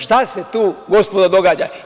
Šta se tu gospodo događa?